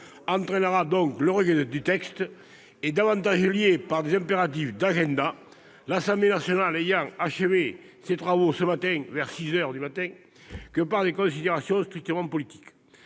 entraînera le rejet du texte, est davantage dictée par des impératifs d'agenda, l'Assemblée nationale ayant elle-même achevé ses travaux vers six heures ce matin, que par des considérations strictement politiques.